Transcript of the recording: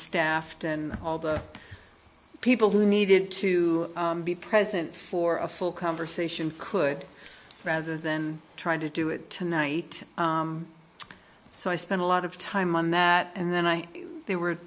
staffed and all the people who needed to be present for a full conversation could rather than trying to do it tonight so i spent a lot of time on that and then i they were